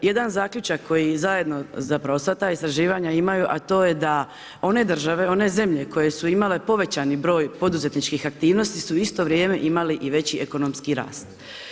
Jedan zaključak koji zajedno zapravo sva ta istraživanja imaju, a to je da one države, one zemlje koje su imale povećani broj poduzetničkih aktivnosti su u isto vrijeme imali i veći ekonomski rast.